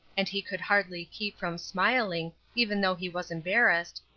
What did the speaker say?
and he could hardly keep from smiling, even though he was embarrassed,